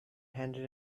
handed